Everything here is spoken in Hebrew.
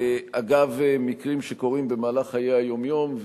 ואגב מקרים שקורים במהלך חיי היום-יום,